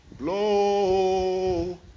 Blow